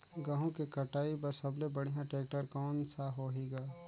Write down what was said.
गहूं के कटाई पर सबले बढ़िया टेक्टर कोन सा होही ग?